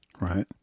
right